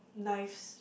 knives